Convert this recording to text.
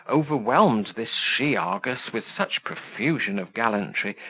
overwhelmed this she-argus with such profusion of gallantry,